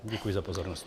Děkuji za pozornost.